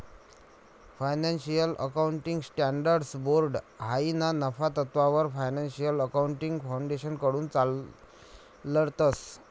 financial accounting standards board हायी ना नफा तत्ववर फायनान्शियल अकाउंटिंग फाउंडेशनकडथून चालाडतंस